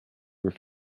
were